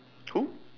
who